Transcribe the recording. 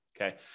okay